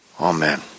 Amen